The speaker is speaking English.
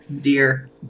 Dear